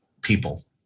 people